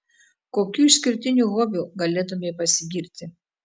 kokiu išskirtiniu hobiu galėtumei pasigirti